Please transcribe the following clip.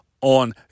on